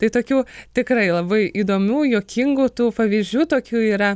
tai tokių tikrai labai įdomių juokingų tų pavyzdžių tokių yra